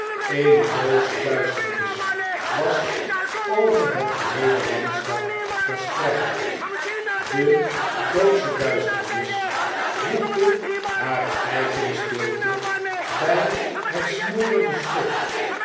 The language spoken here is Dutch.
eene doodsche duisternis was over het geheele landschap verspreid de doodsche duisternis voegde hare eigene stilte bij het smorende stof